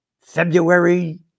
February